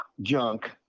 junk